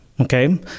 okay